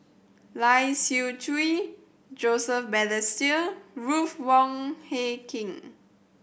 Lai Siu Chiu Joseph Balestier Ruth Wong Hie King